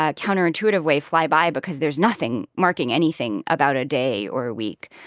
ah counterintuitive way, fly by because there's nothing marking anything about a day or week.